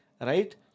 right